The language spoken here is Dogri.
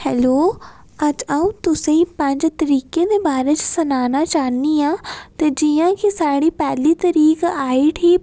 हैलो अज्ज आ'ऊं तुसें पंज तरीकें दे बारे च सनाना चाह्नी आं ते जियां कि साढ़ी पैह्ली तरीक आई उठी